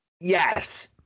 Yes